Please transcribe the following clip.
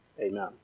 Amen